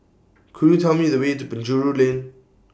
Could YOU Tell Me The Way to Penjuru Lane